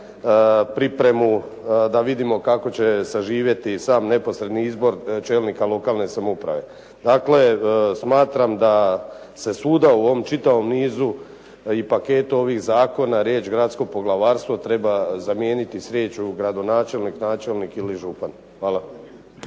pripremu da vidimo kako će saživjeti sam neposredni izbor čelnika lokalne samouprave. Dakle, smatram da se svuda u ovom čitavom nizu i paket ovih zakona riječ: "gradsko poglavarstvo" treba zamijeniti s riječju: "gradonačelnik, načelnik ili župan". Hvala.